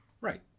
Right